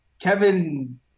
Kevin